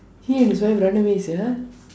he and his wife run away sia